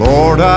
Lord